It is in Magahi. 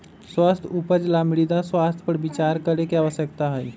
स्वस्थ उपज ला मृदा स्वास्थ्य पर विचार करे के आवश्यकता हई